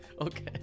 Okay